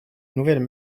nouvelles